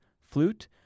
flute